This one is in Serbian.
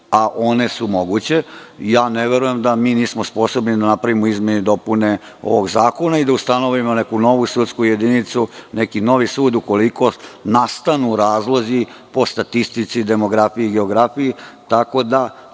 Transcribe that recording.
a one su moguće, ne verujem da mi nismo sposobni da napravimo izmene i dopune ovog zakona i da ustanovimo neku novu sudsku jedinicu, neki novi sud ukoliko nastanu razlozi po statistici, demografiji, geografiji, tako da